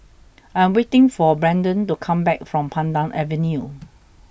I am waiting for Braeden to come back from Pandan Avenue